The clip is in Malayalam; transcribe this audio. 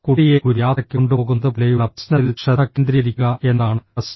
കുട്ടിയെ ഒരു യാത്രയ്ക്ക് കൊണ്ടുപോകുന്നത് പോലെയുള്ള പ്രശ്നത്തിൽ ശ്രദ്ധ കേന്ദ്രീകരിക്കുക എന്നതാണ് പ്രശ്നം